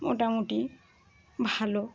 মোটামুটি ভালো